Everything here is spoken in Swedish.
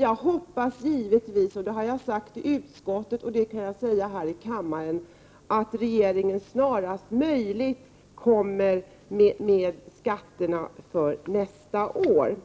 Jag hoppas givetvis — det har jag sagt i utskottet och det kan jag säga här i kammaren — att regeringen snarast möjligt kommer med förslag om skatterna för nästa år.